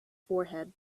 forehead